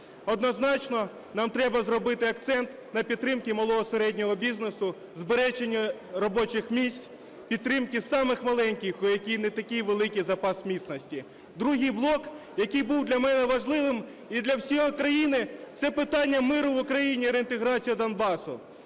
однозначно нам треба зробити акцент на підтримці малого, середнього бізнесу, збереження робочих місць, підтримки самих маленьких, у яких не такий великий запас міцності. Другий блок, який був для мене важливим і для всієї країни, це питання миру в Україні і реінтеграція Донбасу.